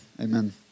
Amen